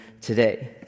today